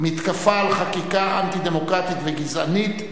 מתקפת החקיקה האנטי-דמוקרטית והגזענית.